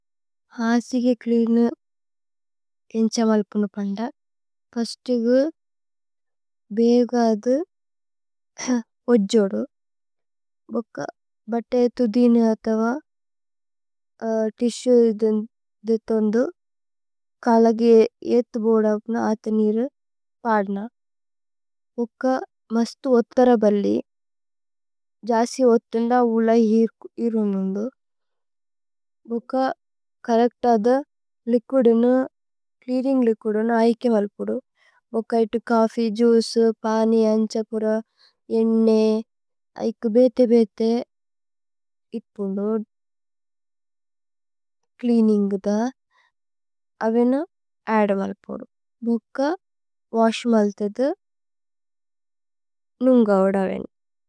ഹശി കേ ച്ലേഅനു ഏന്ഛമല്പുനുപന്ദ। പശ്തു ഗു ബേ ഗദു ഓജ്ജോദു। ഭുക്ക ബതഏതുദി നിരതവ തിശു ഇദുന് ദിതോന്ദു। കലഗേ ഏഥ്ബോദ അക്ന അഥനീര് പദ്ന। ഭുക്ക മുസ്തു ഉത്തര ബല്ലി ജസി ഉത്തുന്ദ ഉല ഹീരുന് നുന്ദു।